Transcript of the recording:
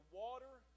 water